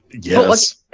Yes